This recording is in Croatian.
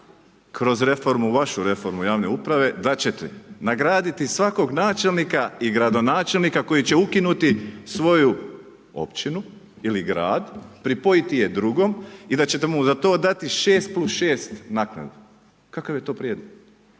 kroz reformu, vašu reformu javne uprave da ćete nagraditi svakog načelnika i gradonačelnika koji će ukinuti svoju općinu ili grad, pripojiti je drugom i da ćete mu za to dati 6+6 naknadu. Kakav je to prijedlog?